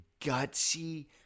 gutsy